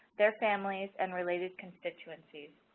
their families and related constituencies.